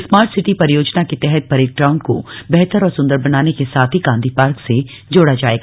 smart city परियोजना के तहत परेड ग्राउंड को बेहतर और सुंदर बनाने के साथ ही गांधी पार्क से जोड़ा जाएगा